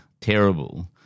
terrible